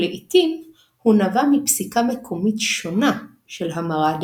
בעיקר כאשר הוא סתר לכאורה פסיקה מפורשת של התלמוד.